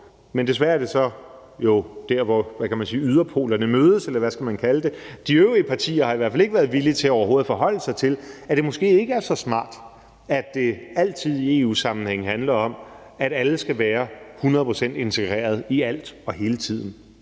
men desværre er det jo så der, hvor yderpolerne mødes, eller hvad man skal kalde det. De øvrige partier har i hvert fald ikke været villige til overhovedet at forholde sig til, at det måske ikke er så smart, at det altid i EU-sammenhænge handler om, at alle skal være 100 pct. integreret i alt og hele tiden.